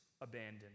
abandoned